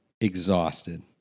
exhausted